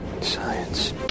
science